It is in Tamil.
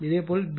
இதே போல் பி